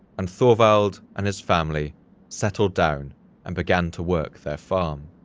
and thorvald and his family settled down and began to work their farm.